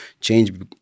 change